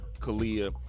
Kalia